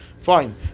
fine